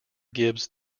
gibbs